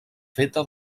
feta